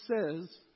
says